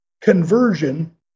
conversion